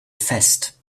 fest